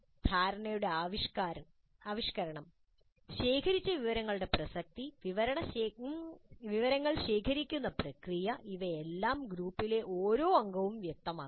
ധാരണയുടെ ആവിഷ്കരണം ശേഖരിച്ച വിവരങ്ങളുടെ പ്രസക്തി വിവരങ്ങൾ ശേഖരിക്കുന്ന പ്രക്രിയ ഇവയെല്ലാം ഗ്രൂപ്പിലെ ഓരോ അംഗവും വ്യക്തമാക്കണം